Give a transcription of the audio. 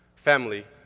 family,